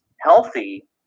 healthy